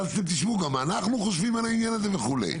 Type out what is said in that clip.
ואתם תשמעו גם מה אנחנו חושבים על העניין הזה וכו'.